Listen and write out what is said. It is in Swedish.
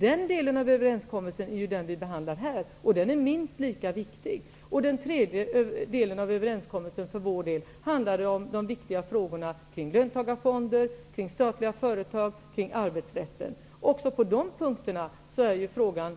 Det är den delen av överenskommelsen vi behandlar här. Den är minst lika viktig. Den tredje delen av överenskommelsen för vår del berörde de viktiga frågorna kring löntagarfonder, statliga företag och arbetsrätten. Också på dessa punkter är man